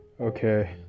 okay